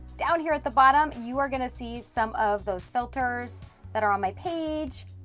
down here at the bottom you are gonna see some of those filters that are on my page,